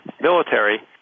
military